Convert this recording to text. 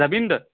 যাবিনি তই